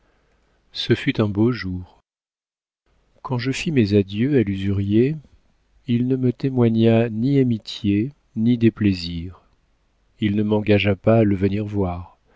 ce fut un beau jour quand je fis mes adieux à l'usurier il ne me témoigna ni amitié ni déplaisir il ne m'engagea pas à le venir voir